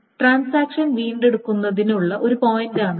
transaction വീണ്ടെടുക്കുന്നതിനുള്ള ഒരു പോയിന്റാണിത്